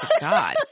God